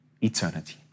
eternity